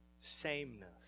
sameness